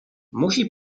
musi